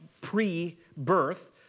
pre-birth